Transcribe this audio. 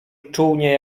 czółnie